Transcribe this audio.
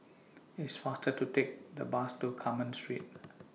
It's faster to Take The Bus to Carmen Street